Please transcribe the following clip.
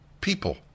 people